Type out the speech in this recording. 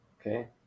Okay